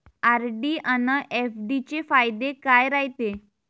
RD अन FD चे फायदे काय रायते?